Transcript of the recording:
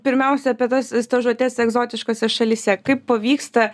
pirmiausia apie tas stažuotes egzotiškose šalyse kaip pavyksta